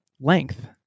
length